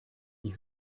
die